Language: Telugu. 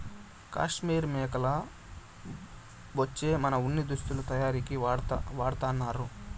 కాశ్మీర్ మేకల బొచ్చే వున ఉన్ని దుస్తులు తయారీకి వాడతన్నారు